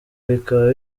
bikaba